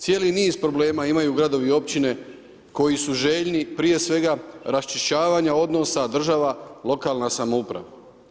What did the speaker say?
Cijeli niz problema imaju gradovi i općine koji su željni prije svega raščišćavanja odnosa država, lokalna samouprava.